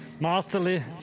masterly